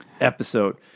episode